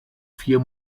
vier